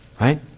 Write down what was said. Right